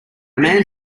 man